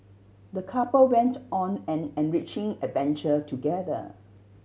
the couple went on an enriching adventure together